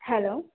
hello